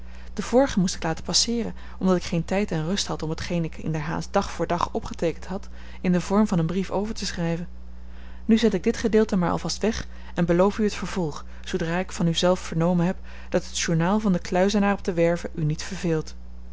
de vorige moest ik laten passeeren omdat ik geen tijd en rust had om t geen ik inderhaast dag voor dag opgeteekend had in den vorm van een brief over te schrijven nu zend ik dit gedeelte maar al vast weg en beloof u het vervolg zoodra ik van u zelf vernomen heb dat het journaal van den kluizenaar op de werve u niet verveelt